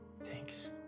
Thanks